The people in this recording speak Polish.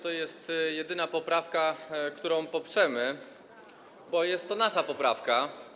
To jest jedyna poprawka, którą poprzemy, bo jest to nasza poprawka.